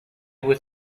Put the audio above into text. were